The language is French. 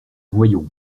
noyon